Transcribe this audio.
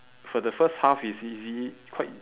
for the first half it's easy quite